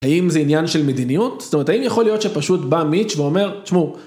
האם זה עניין של מדיניות? זאת אומרת, האם יכול להיות שפשוט בא מיץ' ואומר, תשמעו,